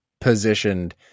positioned